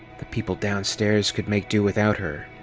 the people downstairs could make do without her.